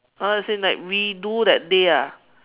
oh as in redo that day ah